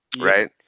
Right